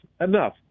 enough